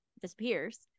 disappears